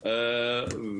על טעויות כתיב.